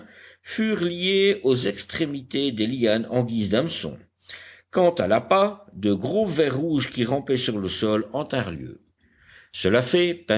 furent liées aux extrémités des lianes en guise d'hameçon quant à l'appât de gros vers rouges qui rampaient sur le sol en tinrent lieu cela fait